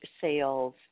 sales